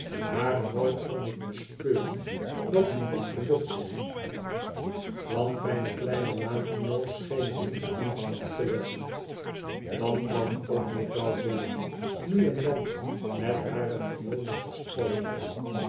maar nooit kon ik bespeuren dat hem dit gelukte want mijne kleine naamgenoot scheen er niet het minst op te letten dan kwam ook mevrouw jéllyby nu en dan met hare gewone verstrooidheid